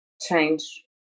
change